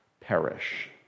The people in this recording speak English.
perish